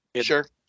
sure